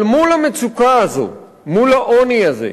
אבל מול המצוקה הזאת, מול העוני הזה,